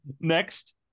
next